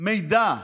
מידע מודיעיני,